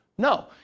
No